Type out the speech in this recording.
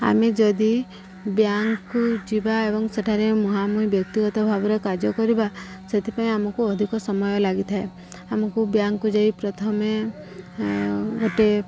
ଆମେ ଯଦି ବ୍ୟାଙ୍କକୁ ଯିବା ଏବଂ ସେଠାରେ ମୁହାଁମୁହିଁ ବ୍ୟକ୍ତିଗତ ଭାବରେ କାର୍ଯ୍ୟ କରିବା ସେଥିପାଇଁ ଆମକୁ ଅଧିକ ସମୟ ଲାଗିଥାଏ ଆମକୁ ବ୍ୟାଙ୍କକୁ ଯାଇ ପ୍ରଥମେ ଗୋଟେ